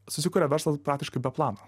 susikuria verslas praktiškai be plano